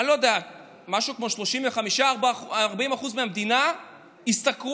משהו כמו 35% 40% מהמדינה השתכרו